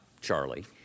Charlie